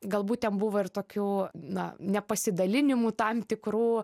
galbūt ten buvo ir tokių na nepasidalinimų tam tikrų